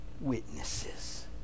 witnesses